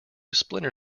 splinter